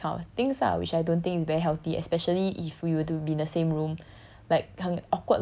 low key competitive kind of things lah which I don't think it's very healthy especially if we were to be in the same room